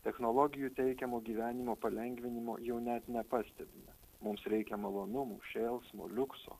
technologijų teikiamo gyvenimo palengvinimo jau net nepastebime mums reikia malonumų šėlsmo liukso